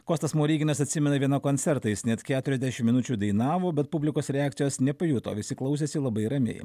kostas smoriginas atsimena vieną koncertą jis net keturiasdešim minučių dainavo bet publikos reakcijos nepajuto visi klausėsi labai ramiai